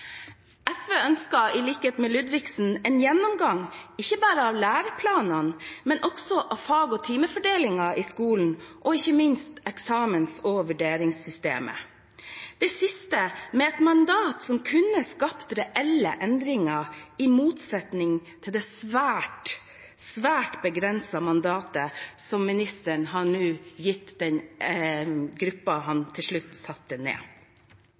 SV ønsker, i likhet med Ludvigsen, en gjennomgang ikke bare av læreplanene, men også av fag- og timefordelingen i skolen, og ikke minst eksamens- og vurderingssystemet – det siste med et mandat som kunne skapt reelle endringer, i motsetning til det svært, svært begrensede mandatet som statsråden nå har gitt den gruppen han til slutt satte ned.